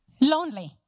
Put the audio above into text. lonely